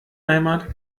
heimat